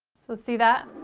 so see that